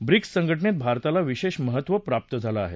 BRICS संघटनेत भारताला विशेष महत्व प्राप्त झालं आहे